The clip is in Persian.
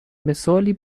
مثالی